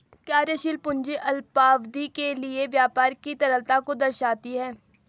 कार्यशील पूंजी अल्पावधि के लिए व्यापार की तरलता को दर्शाती है